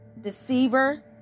deceiver